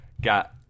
got